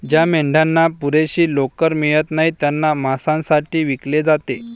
ज्या मेंढ्यांना पुरेशी लोकर मिळत नाही त्यांना मांसासाठी विकले जाते